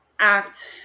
act